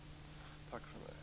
Tack för mig.